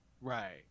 Right